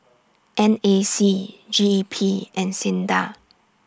N A C G E P and SINDA